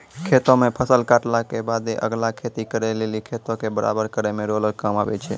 खेतो मे फसल काटला के बादे अगला खेती करे लेली खेतो के बराबर करै मे रोलर काम आबै छै